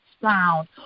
sound